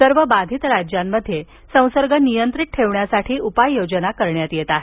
सर्व बाधित राज्यांमध्ये संसर्ग नियंत्रित ठेवण्यासाठी उपाययोजना करण्यात येत आहेत